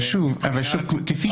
אבל כפי